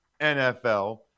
NFL